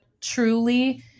truly